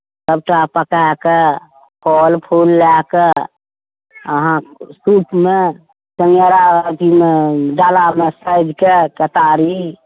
सभटा पकाएके फल फूल लएके अहाँ सूपमे चँगेरा अथीमे डालामे साजिके केतारी